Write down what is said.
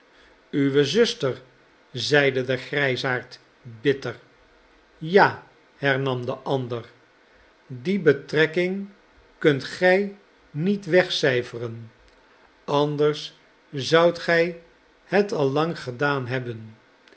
jwe zuster zeide de grijsaard bitter ja hernam de ander die betrekking kunt gij niet wegcijferen anders zoudt gij het al lang gedaan hebben